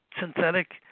synthetic